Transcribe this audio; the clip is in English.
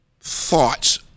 thoughts